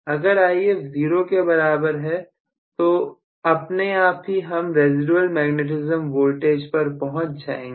अगर If 0 के बराबर है तो अपने आप ही हम रेसीडुएल मैग्नेटिज्म वोल्टेज पर पहुंच जाएंगे